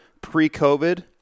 pre-COVID